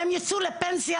הם יצאו לפנסיה,